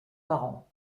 parent